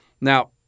Now